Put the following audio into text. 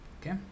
okay